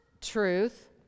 truth